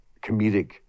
comedic